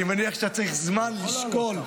אני מניח שאתה צריך זמן לשקול,